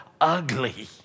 ugly